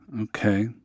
Okay